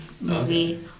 movie